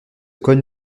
cogne